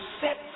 set